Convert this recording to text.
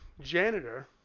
janitor